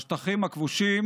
בשטחים הכבושים